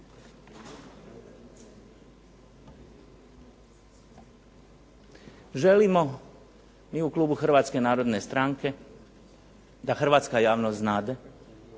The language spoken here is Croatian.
Želimo mi u klubu Hrvatske narodne stranke da hrvatska javnost znade